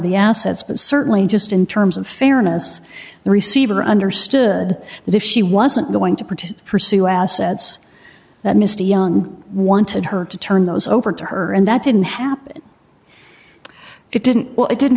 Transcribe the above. the assets but certainly just in terms of fairness the receiver understood that if she wasn't going to parted pursue assets that misty young wanted her to turn those over to her and that didn't happen it didn't well it didn't